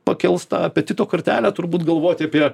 pakels tą apetito kartelę turbūt galvoti apie